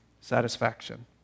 satisfaction